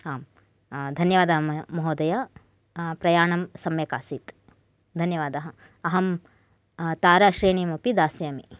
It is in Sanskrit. आम् धन्यवादः महोदय प्रयाणं सम्यक् आसीत् धन्यवादः अहं ताराश्रेणीम् अपि दास्यामि